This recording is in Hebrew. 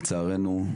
לצערנו,